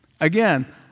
Again